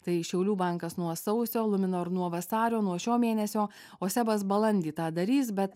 tai šiaulių bankas nuo sausio luminor nuo vasario nuo šio mėnesio o sebas balandį tą darys bet